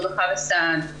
רווחה וסעד,